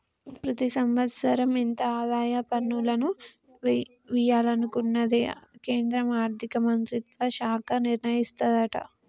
ప్రతి సంవత్సరం ఎంత ఆదాయ పన్నులను వియ్యాలనుకునేది కేంద్రా ఆర్థిక మంత్రిత్వ శాఖ నిర్ణయిస్తదట